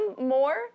more